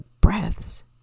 breaths